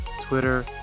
Twitter